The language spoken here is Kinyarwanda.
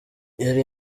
yari